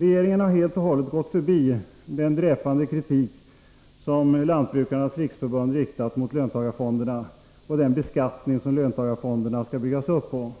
Regeringen har helt och hållet gått förbi den dräpande kritik som Lantbrukarnas riksförbund riktat mot löntagarfonderna och den beskattning som löntagarfonderna skall byggas upp på.